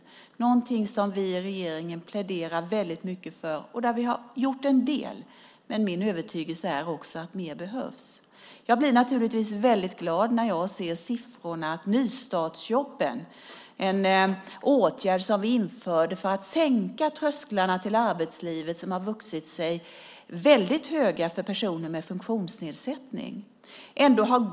Det är någonting som vi i regeringen pläderar väldigt mycket för, och där vi har gjort en del. Men min övertygelse är att mer behövs. Jag blir naturligtvis väldigt glad när jag ser siffrorna som gäller nystartsjobben, en åtgärd som vi vidtog för att sänka trösklarna till arbetslivet som har vuxit sig väldigt höga för personer med funktionsnedsättning.